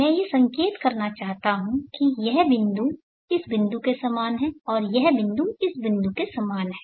मैं ये संकेत करना चाहता हूँ कि यह बिंदु इस बिंदु के समान है और यह बिंदु इस बिंदु के समान है